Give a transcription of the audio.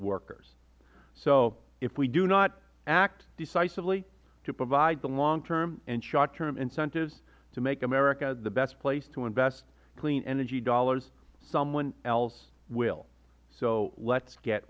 workers so if we do not act decisively to provide the long term and short term incentives to make america the best place to invest clean energy dollars someone else will so let's get